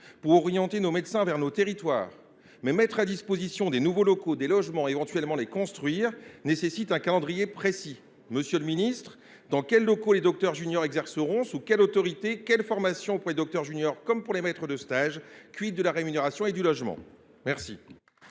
et orienter nos médecins vers nos territoires. Mais mettre à disposition de nouveaux locaux, des logements et, éventuellement, les construire nécessite un calendrier précis. Monsieur le ministre, dans quels locaux les docteurs juniors exerceront ils ? Sous quelle autorité ? Quelle sera leur formation, et celle des maîtres de stage ? de leur rémunération et de leur logement ? La